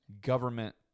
government